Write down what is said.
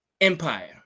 empire